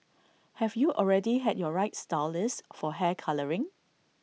have you already had your right stylist for hair colouring